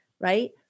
right